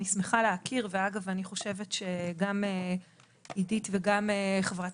אני שמחה להכיר ואגב אני חושבת שגם עידית וגם חברת